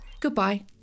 goodbye